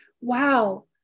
Wow